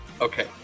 Okay